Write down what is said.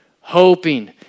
hoping